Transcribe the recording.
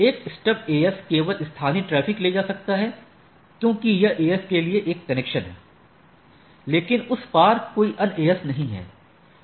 एक stub AS केवल स्थानीय ट्रैफ़िक ले जा सकता है क्योंकि यह AS के लिए एक कनेक्शन है लेकिन उस पार कोई अन्य AS नहीं है